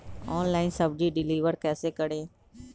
Online सब्जी deliver कैसे करें?